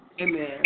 Amen